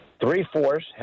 Three-fourths